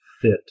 fit